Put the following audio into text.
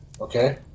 Okay